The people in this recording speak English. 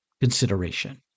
consideration